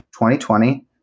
2020